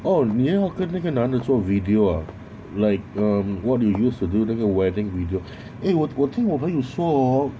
oh 你要跟那个男的做 video ah like um what you used to do 那个 wedding video eh 我我听我的朋友说